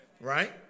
Right